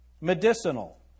medicinal